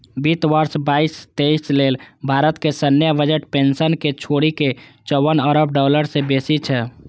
वित्त वर्ष बाईस तेइस लेल भारतक सैन्य बजट पेंशन कें छोड़ि के चौवन अरब डॉलर सं बेसी छै